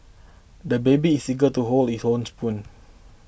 the baby is eager to hold his own spoon